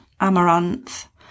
Amaranth